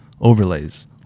overlays